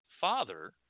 father